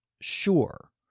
sure